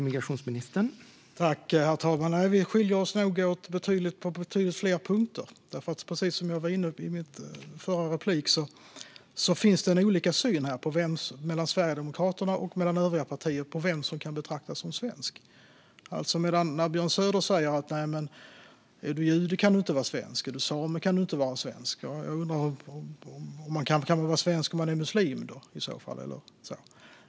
Herr talman! Nej, vi skiljer oss nog åt på betydligt fler punkter. Precis som jag var inne på i mitt förra inlägg finns det nämligen en skillnad mellan Sverigedemokraterna och övriga partier i synen på vem som kan betraktas som svensk. När Björn Söder säger att den som är jude eller same inte kan vara svensk undrar jag om man i så fall kan vara svensk om man är muslim.